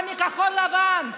גם מכחול לבן,